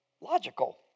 logical